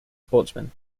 sportsmen